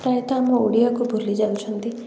ପ୍ରାୟତଃ ଆମ ଓଡ଼ିଆକୁ ଭୁଲି ଯାଉଛନ୍ତି